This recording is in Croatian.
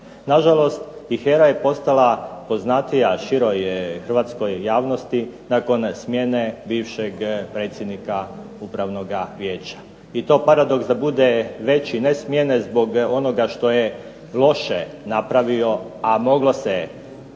Na žalost i HERA je postala poznatija široj Hrvatskoj javnosti nakon smjene bivšeg predsjednika Upravnog vijeća, i to da paradoks bude veći ne smjene zbog onoga što je loše napravio, a moglo se s